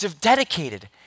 dedicated